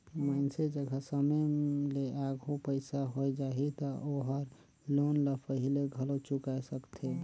मइनसे जघा समे ले आघु पइसा होय जाही त ओहर लोन ल पहिले घलो चुकाय सकथे